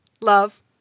Love